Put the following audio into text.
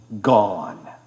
gone